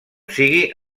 sigui